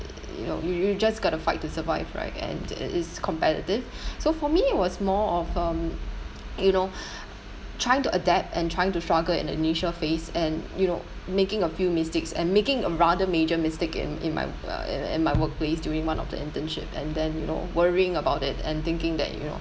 you know you you just got to fight to survive right and it's competitive so for me it was more of um you know trying to adapt and trying to struggle in the initial phase and you know making a few mistakes and making a rather major mistake in in my in in my workplace during one of the internship and then you know worrying about it and thinking that you know